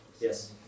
Yes